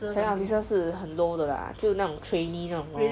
second officer 是很 low 的 lah 就那种 trainee 那种 hor